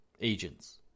agents